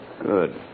Good